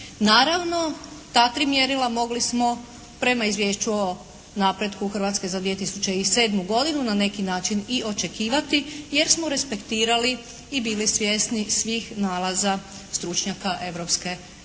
Naravno ta tri mjerila mogli smo prema izvješću o napretku Hrvatske za 2007. godine na neki način i očekivati jer smo respektirali i bili svjesni svih nalaza stručnjaka